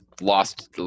lost